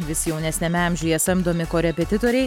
vis jaunesniame amžiuje samdomi korepetitoriai